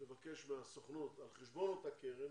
לבקש מהסוכנות על חשבון אותה קרן,